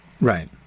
Right